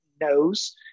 knows